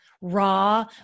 raw